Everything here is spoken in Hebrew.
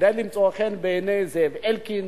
כדי למצוא חן בעיני זאב אלקין,